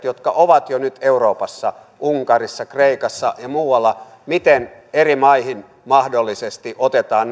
jotka ovat jo nyt euroopassa unkarissa kreikassa ja muualla eri maihin mahdollisesti otetaan